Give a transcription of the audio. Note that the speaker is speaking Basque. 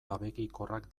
abegikorrak